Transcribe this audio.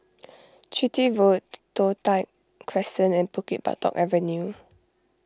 Chitty Road Toh Tuck Crescent and Bukit Batok Avenue